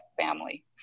family